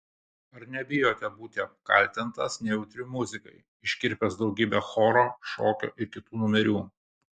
ar nebijote būti apkaltintas nejautriu muzikai iškirpęs daugybę choro šokio ir kitų numerių